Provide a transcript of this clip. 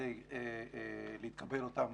כדי לקבל את אותן